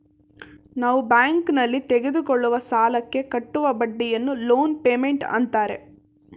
ನಾವು ಬ್ಯಾಂಕ್ನಲ್ಲಿ ತೆಗೆದುಕೊಳ್ಳುವ ಸಾಲಕ್ಕೆ ಕಟ್ಟುವ ಬಡ್ಡಿಯನ್ನು ಲೋನ್ ಪೇಮೆಂಟ್ ಅಂತಾರೆ